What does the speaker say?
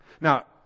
Now